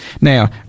Now